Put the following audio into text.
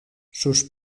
sus